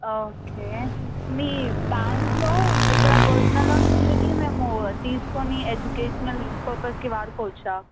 okay మీ బ్యాంక్లో ఇప్పుడా పర్సనల్ లోన్ కిందకి మేము తీసుకొని ఎడ్యుకేషనల్ పర్పస్కి వాడుకోవచ్చా